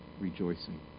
rejoicing